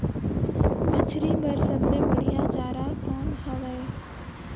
मछरी बर सबले बढ़िया चारा कौन हवय?